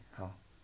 好